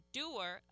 doer